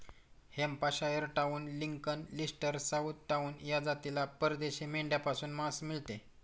Hampshire town, Lincoln, Leicester, south town या जातीला परदेशी मेंढ्यांपासून मांस मिळते